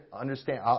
understand